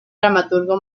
dramaturgo